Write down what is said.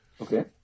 Okay